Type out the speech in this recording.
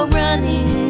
running